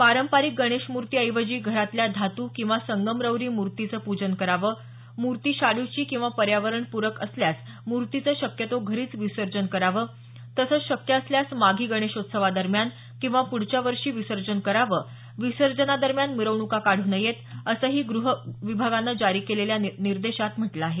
पारंपरिक गणेश मूर्तीऐवजी घरातल्या धातू किंवा संगमरवरी मूर्तीचं पूजन करावं मूर्ती शाडूची किंवा पर्यावरण पूरक असल्यास मूर्तीचं शक्यतो घरीच विसर्जन करावं तसंच शक्य असल्यास माघी गणेशोत्सवादरम्यान किंवा प्ढच्या वर्षी विसर्जन करावं विसर्जनादरम्यान मिरवणुका काढू नयेत असही ग्रह विभागानं जारी केलेल्या निर्देशात म्हटलं आहे